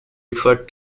referred